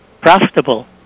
profitable